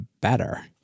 better